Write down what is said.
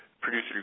producer